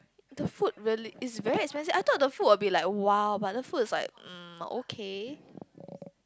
the food really is very expensive I thought the food will be like !wow! but the food is like um okay